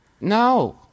No